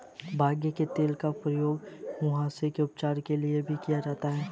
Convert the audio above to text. भांग के तेल का प्रयोग मुहासे के उपचार में भी किया जाता है